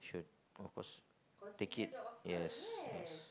should of course take it yes yes